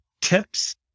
tips